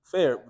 Fair